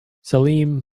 salim